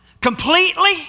completely